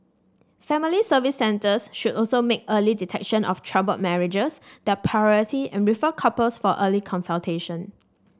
Family Service Centres should also make early detection of troubled marriages their priority and refer couples for early